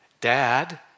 Dad